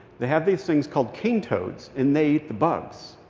they have these things called cane toads. and they eat the bugs.